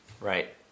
right